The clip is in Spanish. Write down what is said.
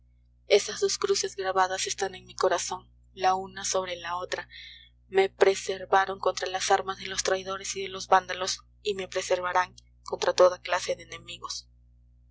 baraona esas dos cruces grabadas están en mi corazón la una sobre la otra me preservaron contra las armas de los traidores y de los vándalos y me preservarán contra toda clase de enemigos